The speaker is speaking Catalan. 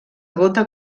gota